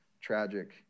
tragic